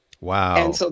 Wow